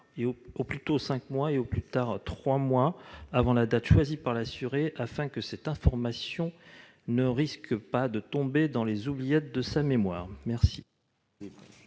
au plus tôt et au plus tard trois avant la date choisie par l'assuré. Ainsi, cette information ne risquera pas de tomber dans les oubliettes de sa mémoire.